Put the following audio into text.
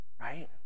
Right